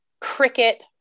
cricket